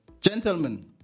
gentlemen